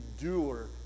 endure